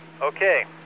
Okay